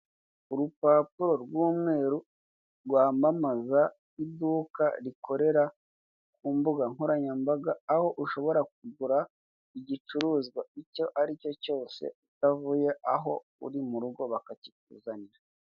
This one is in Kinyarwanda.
Urupapuro rw'umweru rwamamaza iduka rikorere ku mbuga nkoranyambaga aho ushobora kugura igicuruzwa icyo ari cyo cyose utavuye aho uri mu rugo bakakikuzanira.